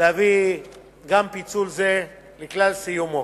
להביא גם פיצול זה לכלל סיומו.